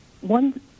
one